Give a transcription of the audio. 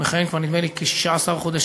שמכהן כבר נדמה לי כ-16 חודשים,